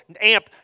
amp